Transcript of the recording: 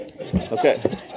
Okay